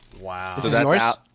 Wow